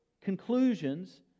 conclusions